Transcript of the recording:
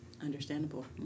Understandable